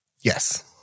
Yes